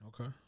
Okay